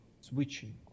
switching